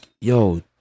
yo